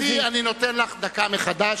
גברתי, אני נותן לך דקה מחדש.